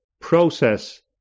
process